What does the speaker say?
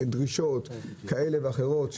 דרישות כאלה ואחרות,